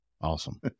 Awesome